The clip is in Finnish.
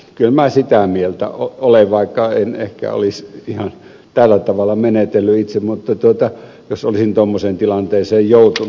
kyllä minä sitä mieltä olen vaikka en ehkä olisi ihan tällä tavalla menetellyt itse jos olisin tuommoiseen tilanteeseen joutunut